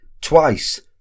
Twice